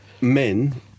Men